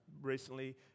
recently